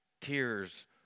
Tears